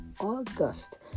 August